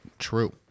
True